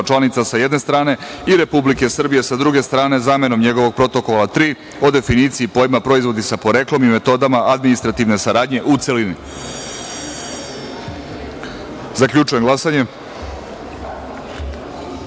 članica, sa jedne strane, i Republike Srbije, sa druge strane, zamenom njegovog Protokola 3 o definiciji pojma „proizvodi sa poreklom“ i metodama administrativne saradnje, u celini. Zaključujem glasanje: